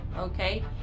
okay